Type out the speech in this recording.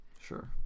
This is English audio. Sure